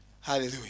Hallelujah